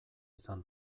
izan